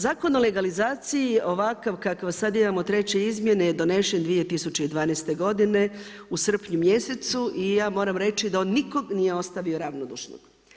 Zakon o legalizaciji ovakav kakav sada imamo treće izmjene je donesen 2012. godine u srpnju mjesecu i ja moram reći da on nikog nije ostavio ravnodušnog.